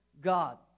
God